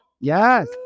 Yes